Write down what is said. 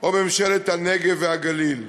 או ממשלת הנגב והגליל,